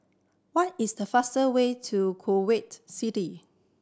what is the fastest way to Kuwait City